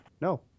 no